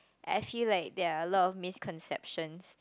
I feel like there are a lot of misconceptions